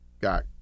got